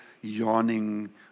yawning